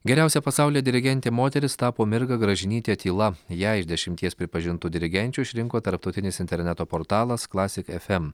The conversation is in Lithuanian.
geriausia pasaulyje dirigentė moteris tapo mirga gražinytė tyla ją iš dešimties pripažintų dirigenčių išrinko tarptautinis interneto portalas klasik fm